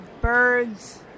birds